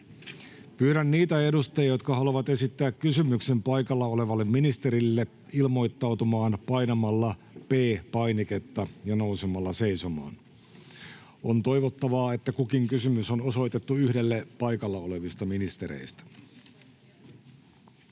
Pyydän niitä edustajia, jotka haluavat esittää kysymyksen paikalla olevalle ministerille, ilmoittautumaan painamalla P-painiketta ja nousemalla seisomaan. On toivottavaa, että kukin kysymys on osoitettu yhdelle paikalla olevista ministereistä.